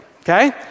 Okay